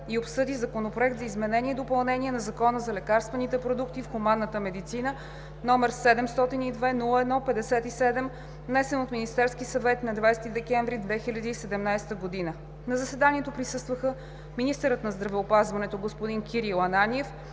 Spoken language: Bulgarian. и обсъди Законопроект за изменение и допълнение на Закона за лекарствените продукти в хуманната медицина, № 702-01-57, внесен от Министерския съвет на 20 декември 2017 г. На заседанието присъстваха: министърът на здравеопазването господин Кирил Ананиев,